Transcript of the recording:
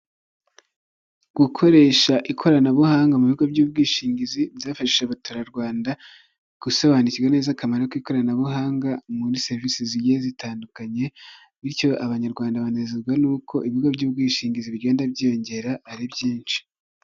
Gukoresha ikoranabuhanga mu bigo by'ubwishingizi byafashashije abaturarwanda gusobanukirwa neza akamaro k'ikoranabuhanga muri serivisi zigiye zitandukanye, bityo abanyarwanda banezezwa n'uko ibigo by'ubwishingizi bigenda byiyongera ari byinshi.